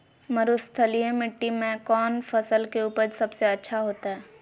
मरुस्थलीय मिट्टी मैं कौन फसल के उपज सबसे अच्छा होतय?